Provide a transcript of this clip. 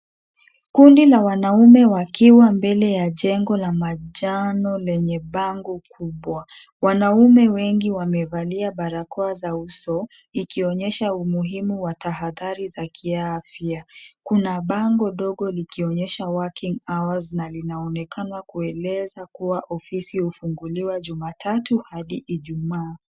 Kundi la wanaume wakiwa mbele ya jengo la manjano lenye bango kubwa. Wanaume wengi wamevalia barakoa za uso ikionyesha umuhimu wa tahathari za kiafya. Kuna bango ndogo likionyesha working hours na inaonekana kueleza kua ofisi hufunguliwa jumatatu hadi ijumaa.